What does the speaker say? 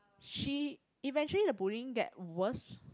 she eventually the bullying get worse